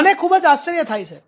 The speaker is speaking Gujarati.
મને ખૂબ જ આશ્ચર્ય થાય છે